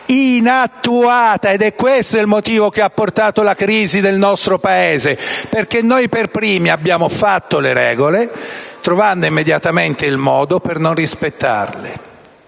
i-nat-tua-ta, ed è questo il motivo che ha portato la crisi del nostro Paese perché noi per primi abbiamo fatto le regole, trovando immediatamente il modo per non rispettarle.